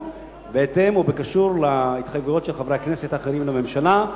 בהתאם ובקשר להתחייבויות של חברי הכנסת האחרים לממשלה.